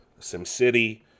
SimCity